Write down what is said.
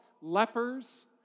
lepers